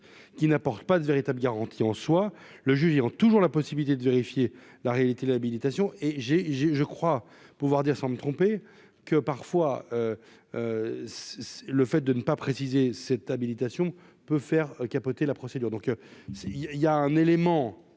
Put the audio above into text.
qui n'apporte pas de véritables garanties en soi, le juge ayant toujours la possibilité de vérifier la réalité l'habilitation et j'ai j'ai je crois pouvoir dire sans me tromper que parfois, c'est le fait de ne pas préciser cette habilitation peut faire capoter la procédure donc c'est il y a, il y a un élément